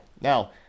Now